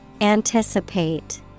Anticipate